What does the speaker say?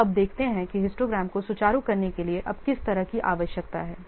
तो अब देखते हैं कि हिस्टोग्राम को सुचारू करने के लिए अब किस तरह की आवश्यकता है